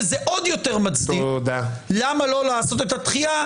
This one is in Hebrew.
וזה עוד יותר מצדיק למה לא לעשות את הדחייה,